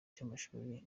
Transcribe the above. cy’amashuri